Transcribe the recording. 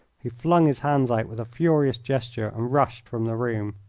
he flung his hands out with a furious gesture and rushed from the room.